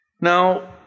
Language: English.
Now